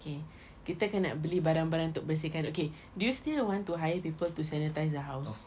okay kita kena beli barang-barang untuk bersihkan okay do you still want to hire people to sanitise the house